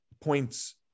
points